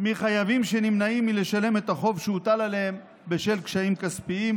מחייבים שנמנעים מלשלם את החוב שהוטל עליהם בשל קשיים כספיים,